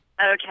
Okay